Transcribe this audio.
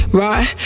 right